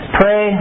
pray